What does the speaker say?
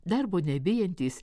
darbo nebijantys